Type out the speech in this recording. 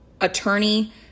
attorney